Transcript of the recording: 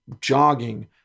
jogging